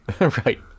Right